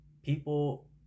People